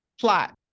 plot